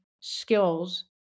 skills